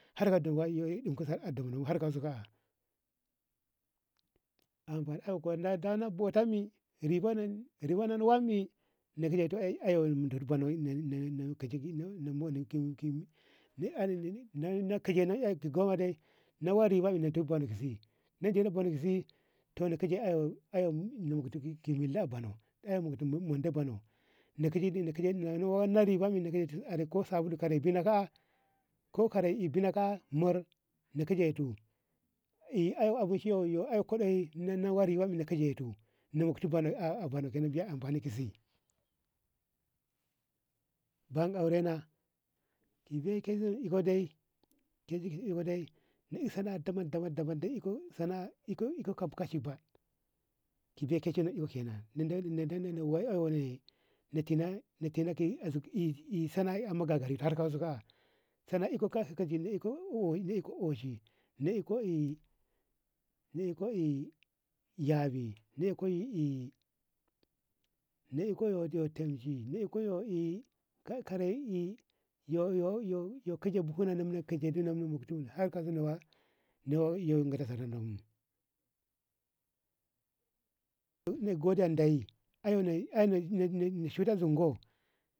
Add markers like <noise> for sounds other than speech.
har ka dawa ey dinkata saranau har kunso kae amfa dana bautanmi ribono riwano no wanmi le kileto ae aw daidi banno na kane ka ae ma gomma nawa riba na dino bono ka zi na dino bono ka zi to nakaji ey ey lumɗkuti monde bano na kileti na kileti are ko sabulu ko kare bina ka mur na kajetu et ae bushi yo yo kuɗayi na nawa riba na kajetu oktu a bano ay amfani ki zi ban kaurena kibe keyi zeiyi na i sana'a dabam dabam na i sana'a na iko kam kashi bad ki bekeke inno kenan na <hesitation> denno na eyko wori na tena na tena ka azuk i ey sana'a amma gagarinto har kasu ka ae sana'a na iko oshi na iko na iko eh na iko eh yawi na iko ey yo <hesitation> tamshi na iko kare buhuna na kajenato har kasi na wakana sarannau na gode deiyi ay na shinton zingo.